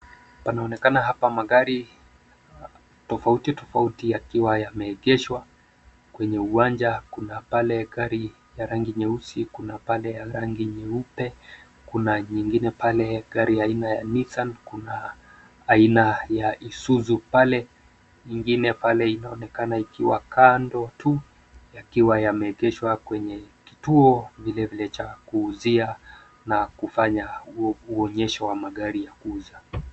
Panaonekana hapa magari tofauti tofauti yakiwa yameegeshwa kwenye uwanja kuna pale gari ya rangi nyeusi kuna pale ya rangi nyeupe kuna nyingine pale gari ya aina ya Nissan, kuna aina ya Isuzu pale, nyingine pale inaonekana ikiwa kando tu yakiwa yamegeshwa kwenye kituo vile vile cha kuuzia na kufanya uonyesho wa magari ya kuuza.